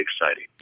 exciting